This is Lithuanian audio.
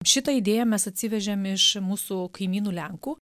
šitą idėją mes atsivežėm iš mūsų kaimynų lenkų